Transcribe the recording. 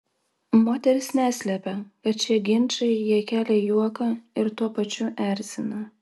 moteris neslepia kad šie ginčai jai kelia juoką ir tuo pačiu erzina